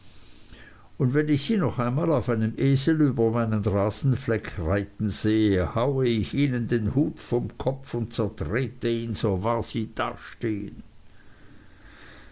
und wenn ich sie noch einmal auf einem esel über meinen rasenfleck reiten sehe haue ich ihnen den hut vom kopf und zertrete ihn so wahr sie dastehen